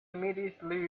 immediately